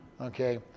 Okay